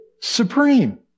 supreme